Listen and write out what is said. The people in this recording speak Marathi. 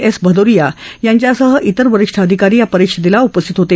एस भदोरिया यांच्यासह इतर वरिष्ठ अधिकारी या वेळी उपस्थित होते